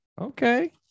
Okay